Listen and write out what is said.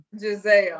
Giselle